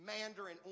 mandarin